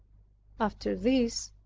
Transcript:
after this,